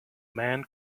man